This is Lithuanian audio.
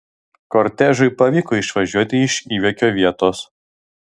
kortežui pavyko išvažiuoti iš įvykio vietos